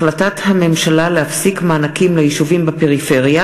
החלטת הממשלה להפסיק את מתן המענקים ליישובים בפריפריה,